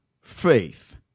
faith